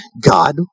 God